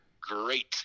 Great